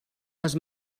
les